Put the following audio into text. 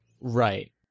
Right